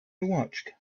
watched